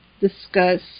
discuss